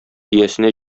иясенә